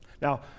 Now